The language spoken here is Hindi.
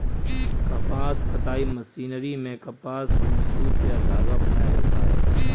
कपास कताई मशीनरी में कपास से सुत या धागा बनाया जाता है